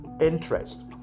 interest